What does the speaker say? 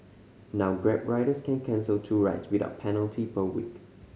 now Grab riders can cancel two rides without penalty per week